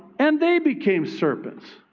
and they became serpents.